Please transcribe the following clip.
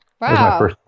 Wow